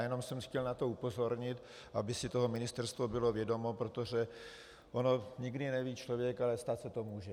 Jen jsem na to chtěl upozornit, aby si toho ministerstvo bylo vědomo, protože on nikdy neví člověk, ale stát se to může.